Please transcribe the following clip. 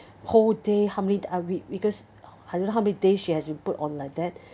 whole day how many uh we because I don't know how many day she has been put on like that